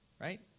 right